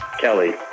Kelly